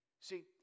See